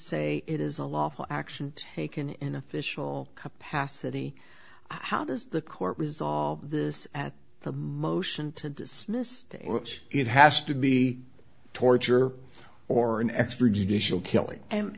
say it is a lawful action taken in official capacity how does the court resolve this at the motion to dismiss it has to be torture or an extrajudicial killing and